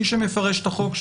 מי שמפרש את החוק זה